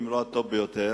אם לא הטוב ביותר,